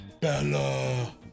Bella